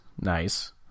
nice